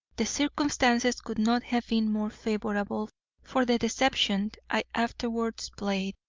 the circumstances could not have been more favourable for the deception i afterwards played.